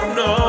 no